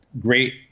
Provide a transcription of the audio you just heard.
great